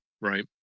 right